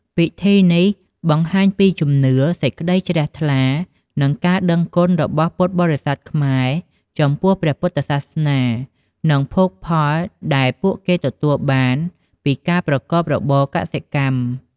ពិធីនេះបង្ហាញពីជំនឿ សេចក្តីជ្រះថ្លា និងការដឹងគុណរបស់ពុទ្ធបរិស័ទខ្មែរចំពោះព្រះពុទ្ធសាសនា និងភោគផលដែលពួកគេទទួលបានពីការប្រកបរបរកសិកម្ម។